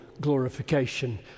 glorification